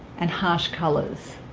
and harsh colors